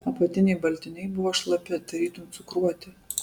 apatiniai baltiniai buvo šlapi tarytum cukruoti